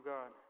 God